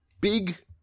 big